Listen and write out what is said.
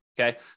okay